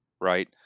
right